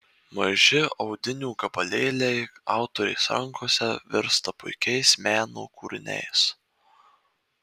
maži audinių gabalėliai autorės rankose virsta puikiais meno kūriniais